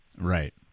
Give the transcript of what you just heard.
Right